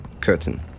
Curtain